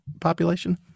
population